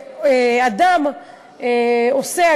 שאדם עושה,